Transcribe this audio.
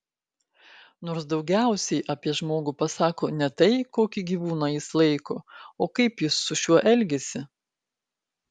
nors daugiausiai apie žmogų pasako ne tai kokį gyvūną jis laiko o kaip jis su šiuo elgiasi